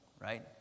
right